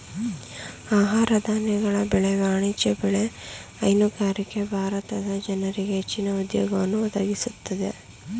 ಆಹಾರ ಧಾನ್ಯಗಳ ಬೆಳೆ, ವಾಣಿಜ್ಯ ಬೆಳೆ, ಹೈನುಗಾರಿಕೆ ಭಾರತದ ಜನರಿಗೆ ಹೆಚ್ಚಿನ ಉದ್ಯೋಗವನ್ನು ಒದಗಿಸುತ್ತಿದೆ